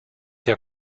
der